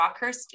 Rockhurst